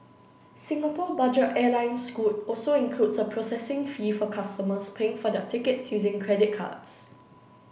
Singapore budget airline Scoot also includes a processing fee for customers paying for their tickets using credit cards